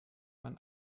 man